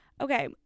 Okay